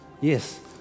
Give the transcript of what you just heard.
Yes